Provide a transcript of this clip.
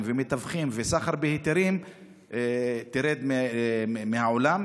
ומתווכים וסחר בהיתרים תעבור מן העולם.